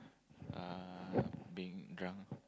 uh being drunk